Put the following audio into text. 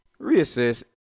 reassess